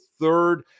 third